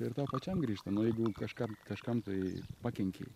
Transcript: ir tau pačiam grįžta nu jeigu kažkam kažkam tai pakenkei